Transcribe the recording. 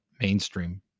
mainstream